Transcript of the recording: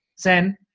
Zen